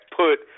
put